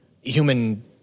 human